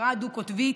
הפרעה דו-קוטבית,